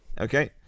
Okay